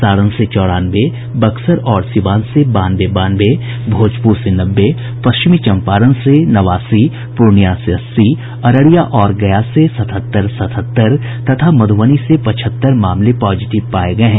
सारण से चौरानवे बक्सर और सीवान से बानवे बानवे भोजपुर से नब्बे पश्चिमी चंपारण से नवासी पूर्णिया से अस्सी अररिया और गया से सतहत्तर सतहत्तर तथा मधुबनी से पचहत्तर मामले पॉजिटिव पाये गये हैं